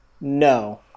No